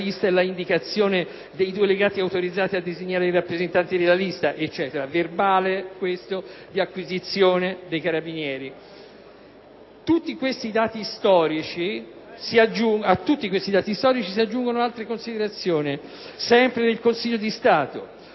lista e la indicazione dei due delegati autorizzati a designare i rappresentanti della lista (verbale di acquisizione dei carabinieri). A tutti questi dati storici si aggiungono altre considerazioni, sempre del Consiglio di Stato,